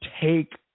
take